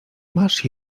masz